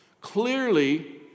Clearly